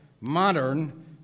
modern